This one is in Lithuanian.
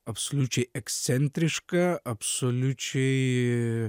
absoliučiai ekscentriška absoliučiai